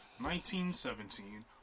1917